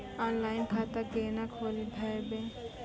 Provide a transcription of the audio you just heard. Online खाता केना खोलभैबै?